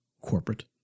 corporate